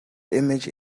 image